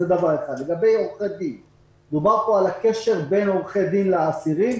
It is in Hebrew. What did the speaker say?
דובר פה על הקשר בין עורכי דין לאסירים.